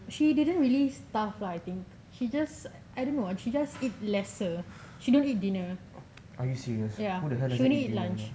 she didn't really starve lah I think she just I don't know she just eat lesser she don't eat dinner ya she only eat lunch